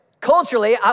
Culturally